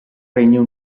regno